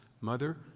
mother